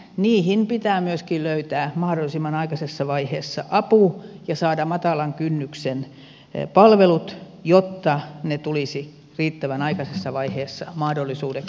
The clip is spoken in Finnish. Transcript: niihin pitää myöskin löytää mahdollisimman aikaisessa vaiheessa apu ja pitää saada matalan kynnyksen palvelut jotta niitä olisi riittävän aikaisessa vaiheessa mahdollista hyödyntää